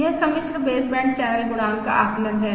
यह सम्मिश्र baseband channel गुणांक का आकलन है